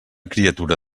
criatura